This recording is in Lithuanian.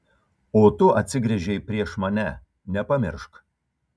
o tu atsigręžei prieš mane nepamiršk